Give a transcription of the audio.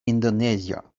indonesia